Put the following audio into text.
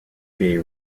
bay